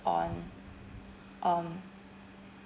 on on